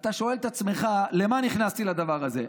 אתה שואל את עצמך: למה נכנסתי לדבר הזה?